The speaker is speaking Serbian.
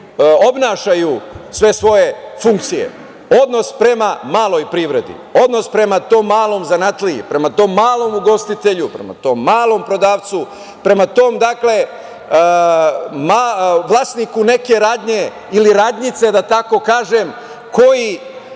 obavljaju sve svoje funkcije, odnos prema maloj privredi, odnos prema tom malom zanatliji, prema tom malom ugostitelju, prema tom malom prodavcu, prema tom vlasniku neke radnje ili radnjice, da tako kažem, koji